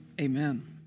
Amen